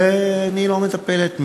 ואני לא מטפלת.